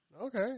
Okay